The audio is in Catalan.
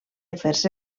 afers